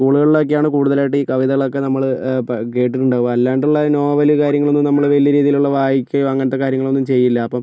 സ്കൂളുകളിലൊക്കെയാണ് കൂടുതലായിട്ടും ഈ കവിതകളൊക്കെ നമ്മള് കേട്ടിട്ടുണ്ടാവുക അല്ലാണ്ടുള്ള നോവല് കാര്യങ്ങളൊന്നും നമ്മള് വലിയ രീതിയിലുള്ള വായിക്കുകയോ അങ്ങനത്തെ കാര്യങ്ങളൊന്നും ചെയ്യില്ല അപ്പം